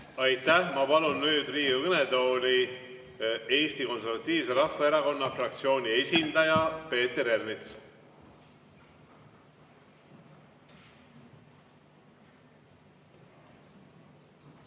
Aitäh! Ma palun nüüd Riigikogu kõnetooli Eesti Konservatiivse Rahvaerakonna fraktsiooni esindaja Peeter Ernitsa.